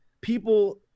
People